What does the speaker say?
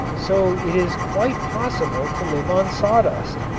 so it is quite possible to live on sawdust,